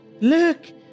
Look